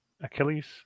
Achilles